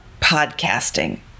podcasting